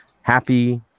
Happy